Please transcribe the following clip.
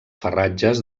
farratges